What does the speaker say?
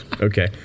Okay